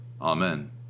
Amen